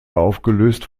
aufgelöst